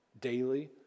daily